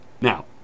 Now